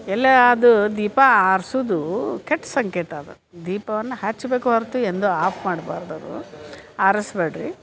ಎಲ್ಲ ಅದು ದೀಪ ಆರ್ಸೋದು ಕೆಟ್ಟು ಸಂಕೇತ ಅದು ದೀಪವನ್ನು ಹಚ್ಬೇಕು ಹೊರತು ಎಂದೂ ಆಫ್ ಮಾಡ್ಬಾರ್ದು ಅದು ಆರಿಸ ಬೇಡ್ರಿ